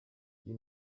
you